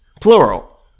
plural